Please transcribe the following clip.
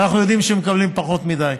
ואנחנו יודעים שהם מקבלים פחות מדי.